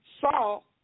Saul